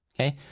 Okay